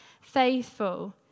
faithful